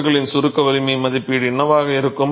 கொத்துகளின் சுருக்க வலிமையின் மதிப்பீடு என்னவாக இருக்கும்